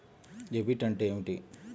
Debit అంటే ఏమిటి?